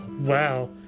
Wow